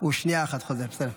שנייה אחת, הוא חוזר, בסדר.